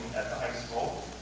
the high school